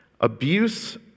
Abuse